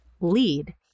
lead